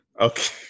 Okay